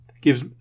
Gives